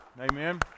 Amen